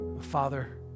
Father